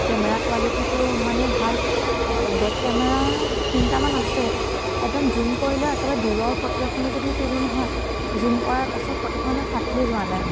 camera কোৱালিটিটো ইমানে ভাল বেক কেমেৰা তিনটা মান আছে একদম জুম কৰিলে একেবাৰে দূৰৰ ফ'টো এখনো যদি তোলো নহয় জুম কৰাৰ পাছত ফ'টোখনো ফাটিয়ে যোৱা নাই